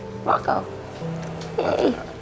Rocco